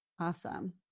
Awesome